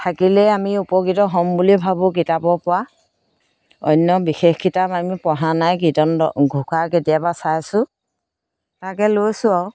থাকিলেই আমি উপকৃত হ'ম বুলি ভাবোঁ কিতাপৰ পৰা অন্য বিশেষ কিতাপ আমি পঢ়া নাই কীৰ্তন দ ঘোষা কেতিয়াবা চাইছোঁ তাকে লৈছোঁ আৰু